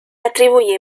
atribuye